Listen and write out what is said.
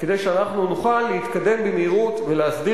כדי שאנחנו נוכל להתקדם במהירות ולהסדיר